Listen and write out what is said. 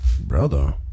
brother